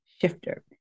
shifter